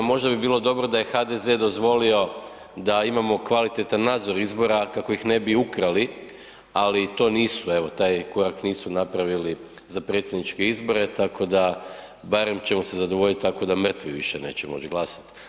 Možda bi bilo dobro da je HDZ dozvolio da imamo kvalitetan nadzor izbora kako ih ne bi ukrali ali to nisu, evo taj korak nisu napravili za predsjedniče izbore tako da barem ćemo se zadovoljiti tako da mrtvi više neće moći glasat.